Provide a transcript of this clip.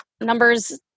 numbers